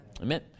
Amen